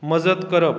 मजत करप